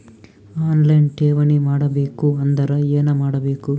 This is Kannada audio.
ಆನ್ ಲೈನ್ ಠೇವಣಿ ಮಾಡಬೇಕು ಅಂದರ ಏನ ಮಾಡಬೇಕು?